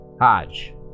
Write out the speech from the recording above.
Hodge